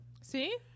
see